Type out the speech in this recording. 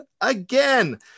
again